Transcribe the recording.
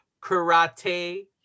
karate